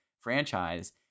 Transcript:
franchise